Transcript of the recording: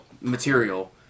material